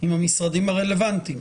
עם המשרדים הרלוונטיים.